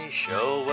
show